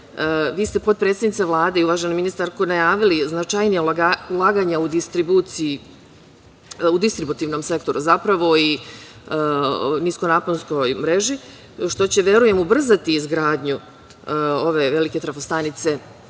ste potpredsednice Vlade, i uvažena ministarko najavili značajnija ulaganja u distribuciji, u distributivnom sektoru zapravo i niskoj naponskoj mreži, što će verujem ubrzati izgradnju ove velike trafostanice